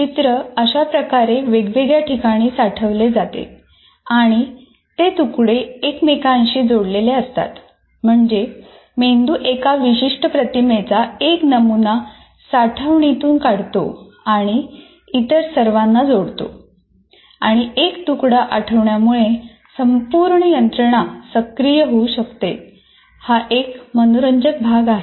चित्र अशाप्रकारे वेगवेगळ्या ठिकाणी साठवले जाते आणि ते तुकडे एकमेकांशी जोडलेले असतात म्हणजे मेंदू एका विशिष्ट प्रतिमेचा एक नमुना साठवणीतून काढतो आणि इतर सर्वांना जोडतो आणि एक तुकडा आठवण्यामुळे संपूर्ण यंत्रणा सक्रिय होऊ शकते हा एक मनोरंजक भाग आहे